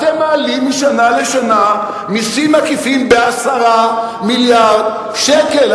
אתם מעלים משנה לשנה מסים עקיפים ב-10 מיליארד שקל,